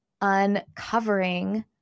uncovering